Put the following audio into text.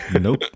Nope